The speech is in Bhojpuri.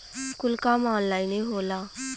कुल काम ऑन्लाइने होला